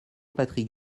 patrick